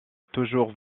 toujours